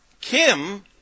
Kim